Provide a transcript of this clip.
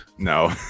No